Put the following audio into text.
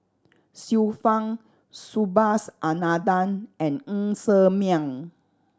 Xiu Fang Subhas Anandan and Ng Ser Miang